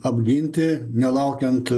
apginti nelaukiant